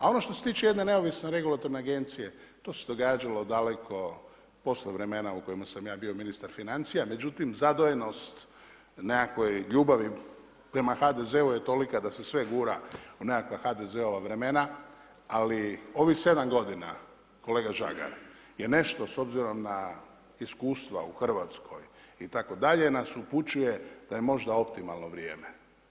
A ono što se tiče jedne neovisne regulatorne agencije, to se događalo daleko poslije vremena u kojima sam ja bio ministar financija, međutim zadojenost nekakvih ljubavi prema HDZ-u je tolika da se sve gura u nekakva HDZ-ova vremena ali ovih 7 godina, kolega Žagar je nešto s obzirom na iskustva u Hrvatskoj itd. nas upućuje da je možda optimalno vrijeme.